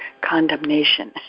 condemnation